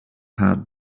heart